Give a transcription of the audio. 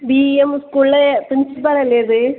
V M സ്കൂളിലെ principal അല്ലേ ഇത്